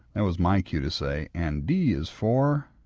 that was my cue to say, and d is for.